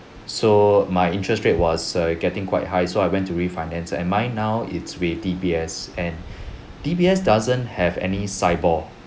so my interest rate was err getting quite high so I went to refinance and mine now is with D_B_S and D_B_S doesn't have any SIBOR